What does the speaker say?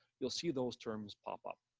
you'll see those terms pop up.